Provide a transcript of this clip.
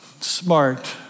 smart